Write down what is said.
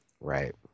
Right